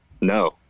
No